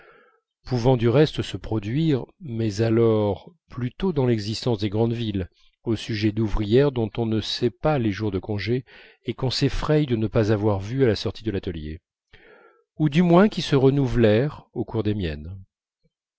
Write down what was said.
pouvant du reste se produire mais alors plutôt dans l'existence des grandes villes au sujet d'ouvrières dont on ne sait pas les jours de congé et qu'on s'effraye de ne pas avoir vues à la sortie de l'atelier ou du moins qui se renouvelèrent au cours des miennes